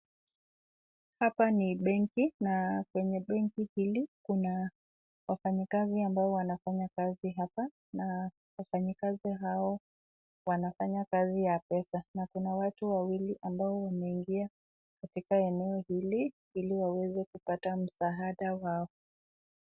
Hapa ni benki na kwenye benki hili kuna wafanyikazi ambao wanafanya kazi hapa na wafanyikazi hao wanafanya kazi ya pesa na kuna watu wawili ambao wameingia katika eneo hili ili waweze kupata msaada wao.